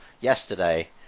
yesterday